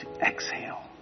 exhale